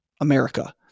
America